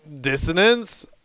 dissonance